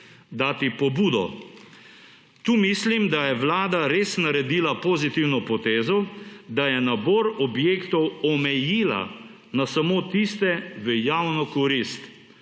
dati pobudo. Tu mislim, da je Vlada res naredila pozitivno potezo, da je nabor objektov omejila na samo tiste v javno korist.